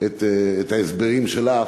ההסברים שלך.